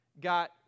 Got